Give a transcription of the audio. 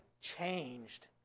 changed